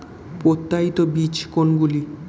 প্রত্যায়িত বীজ কোনগুলি?